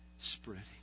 spreading